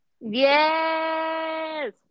Yes